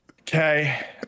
Okay